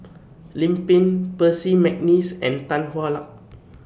Lim Pin Percy MC Neice and Tan Hwa Luck